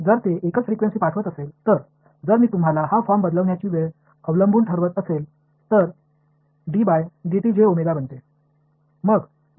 जर ते एकच फ्रिक्वेन्सी पाठवत असेल तर जर मी तुम्हाला हा फॉर्म बदलण्याची वेळ अवलंबून ठरवत असेल तर डी बाय डीटी जे ओमेगा बनते